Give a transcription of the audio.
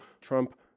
Trump